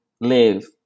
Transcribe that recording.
live